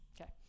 Okay